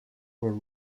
were